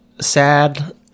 Sad